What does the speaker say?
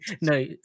No